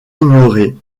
ignorée